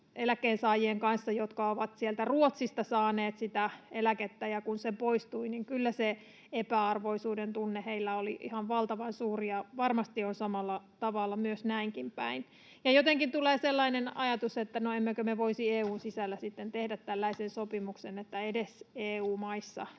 eläkkeensaajien kanssa, jotka ovat sieltä Ruotsista saaneet sitä eläkettä, ja kun se poistui, niin kyllä se epäarvoisuuden tunne heillä oli ihan valtavan suuri, ja varmasti on samalla tavalla näinkin päin. Ja jotenkin tulee sellainen ajatus, että no, emmekö me voisi EU:n sisällä sitten tehdä tällaisen sopimuksen, että edes EU-maissa